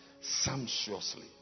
sumptuously